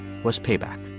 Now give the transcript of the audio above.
was payback